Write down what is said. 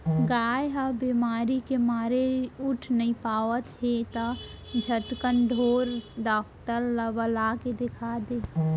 गाय ह बेमारी के मारे उठ नइ पावत हे त झटकन ढोर डॉक्टर ल बला के देखा दे